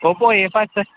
Oppo A five ಇತ್ತು